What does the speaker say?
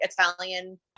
Italian